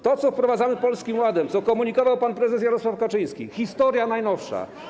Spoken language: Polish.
To, co wprowadzamy Polskim Ładem, co komunikował pan prezes Jarosław Kaczyński: historia najnowsza.